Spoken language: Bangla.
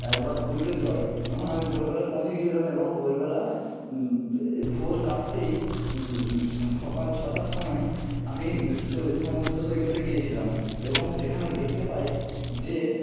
একবার সূর্যোদয় যখন আমি ভোরবেলায় পৌঁছে গেছিলাম এবং ভোরবেলা ভোর কাটতেই সকাল ছটার সময় আমি এই সমুদ্র সৈকতে গিয়েছিলাম এবং সেখানে দেখতে পাই যে